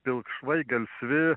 pilkšvai gelsvi